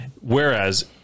Whereas